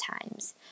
times